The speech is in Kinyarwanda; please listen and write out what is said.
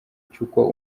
cy’uko